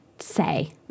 Say